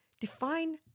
define